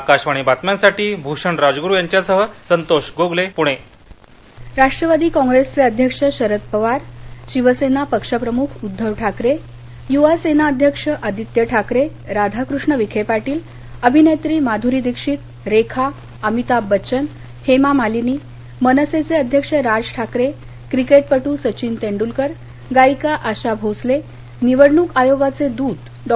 आकाशवाणी बातम्यांसाठी भुषण राजगुरु यांच्यासह संतोष गोगले पुणे राष्ट्रवादी काँप्रेसर्चे अध्यक्ष शरद पवार शिवसेना पक्ष प्रमुख उद्दव ठाकरे युवा सेनाध्यक्ष आदित्य ठाकरे राधाकृष्ण विखेपाटील अभिनेत्री माधुरी दीक्षित रेखा अमिताब बच्चन हेमामालिनी मनसेचे अध्यक्ष राज ठाकरे क्रिकेटपटू सचिन तेंडूलकर गायिका आशा भोसले निवडणूक आयोगाचे दूत डॉ